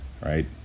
right